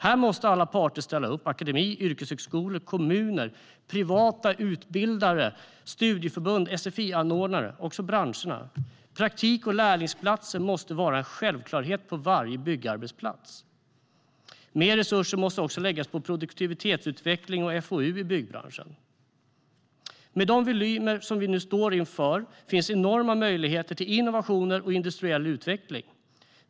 Här måste alla parter ställa upp: akademi, yrkeshögskolor, kommuner, privata utbildare, studieförbund och sfi-anordnare. Det gäller även branscherna. Praktik och lärlingsplatser måste vara en självklarhet på varje byggarbetsplats. Mer resurser måste också läggas på produktivitetsutveckling och FoU i byggbranschen. Med de volymer vi nu står inför finns enorma möjligheter till innovationer och industriell utveckling.